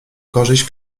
korzyść